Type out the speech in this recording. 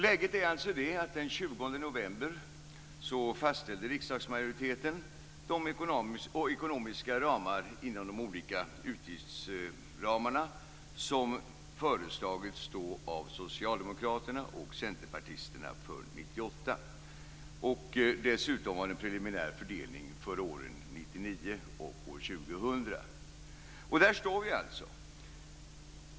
Läget är att riksdagsmajoriteten den 20 november fastställde de ekonomiska ramarna för de olika utgiftsområdena som föreslagits av socialdemokraterna och centerpartisterna för 1998. Dessutom gjordes en preliminär fördelning för år 1999 och 2000. Där står vi alltså.